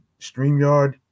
StreamYard